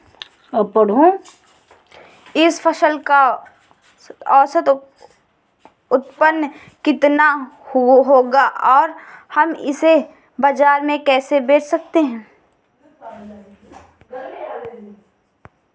इस फसल का औसत उत्पादन कितना होगा और हम इसे बाजार में कैसे बेच सकते हैं?